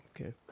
okay